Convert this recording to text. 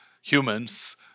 humans